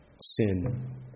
sin